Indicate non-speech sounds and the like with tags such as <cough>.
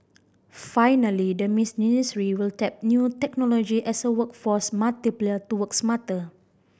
finally the <unintelligible> will tap new technology as a workforce multiplier to work smarter